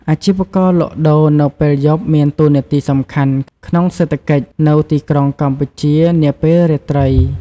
អាជីវករលក់ដូរនៅពេលយប់មានតួនាទីសំខាន់ក្នុងសេដ្ឋកិច្ចនៅទីក្រុងកម្ពុជានាពេលរាត្រី។